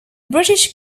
british